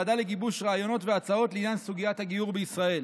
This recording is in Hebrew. ועדה לגיבוש רעיונות והצעות לעניין סוגיית הגיור בישראל.